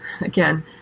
Again